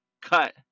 cut